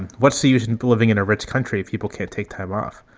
what's the use in living in a rich country? people can take time off.